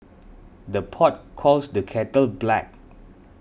the pot calls the kettle black